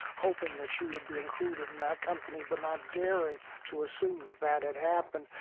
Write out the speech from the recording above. hoping that she would be included in that company but not daring to assume that that had happened.